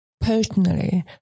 personally